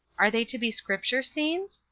are they to be scripture scenes?